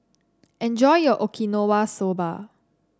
enjoy your Okinawa Soba